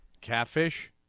catfish